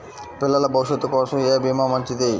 పిల్లల భవిష్యత్ కోసం ఏ భీమా మంచిది?